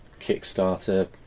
Kickstarter